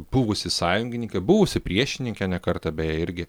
buvusi sąjungininkė buvusi priešininkė ne kartą beje irgi